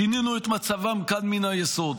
שינינו את מצבם כאן מן היסוד.